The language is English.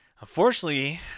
Unfortunately